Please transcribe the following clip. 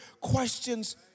questions